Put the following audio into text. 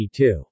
1982